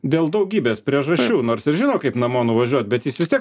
dėl daugybės priežasčių nors ir žino kaip namo nuvažiuot bet jis vis tiek